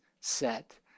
set